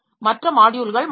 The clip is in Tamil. மற்ற மாட்யுல்கள் மாறவில்லை